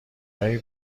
های